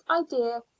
idea